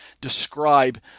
describe